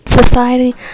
society